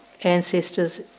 ancestors